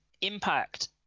Impact